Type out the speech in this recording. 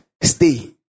stay